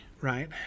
right